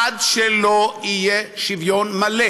עד שלא יהיה שוויון מלא